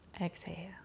Exhale